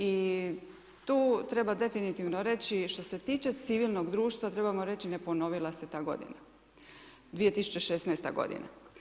I tu treba definitivno reći što se tiče civilnog društva trebamo reći ne ponovila se ta godina 2016. godina.